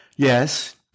Yes